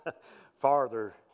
farther